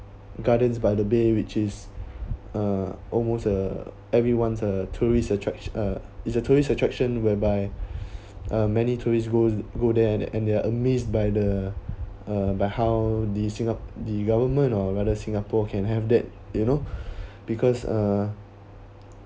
gardens by the bay which is uh almost uh everyone's a tourist attraction uh it's a tourist attraction whereby uh many tourist goes go there and and they're amazed by the uh by how the singap~ the government or whether singapore can have that you know because uh